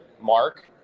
mark